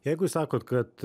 jeigu jūs sakot kad